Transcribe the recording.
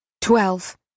Twelve